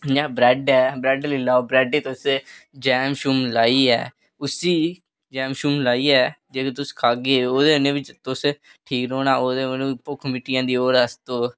जि'यां ब्रैड ऐ ब्रैड लेई लैओ ब्रैड गी तुस जैम शैम लाइयै उसी जैम शैम लाइयै जेल्लै तुस खाह्गे ओ ओह्दे कन्नै बी तुस ठीक रौह्ना ओह्दा कन्नै मतलब भुक्ख मिटी जंदी और अस